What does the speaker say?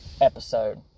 episode